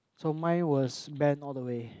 so mine was band all the way